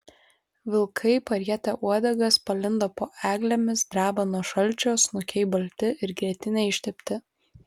vilkai parietę uodegas palindo po eglėmis dreba nuo šalčio snukiai balti it grietine ištepti